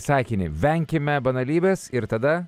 sakinį venkime banalybės ir tada